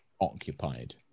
occupied